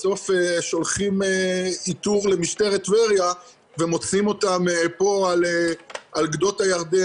בסוף שולחים איתור למשטרת טבריה ומוצאים אותם פה על גדות הירדן,